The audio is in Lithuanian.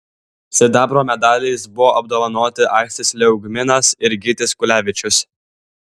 sidabro medaliais buvo apdovanoti aistis liaugminas ir gytis kulevičius